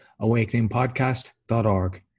awakeningpodcast.org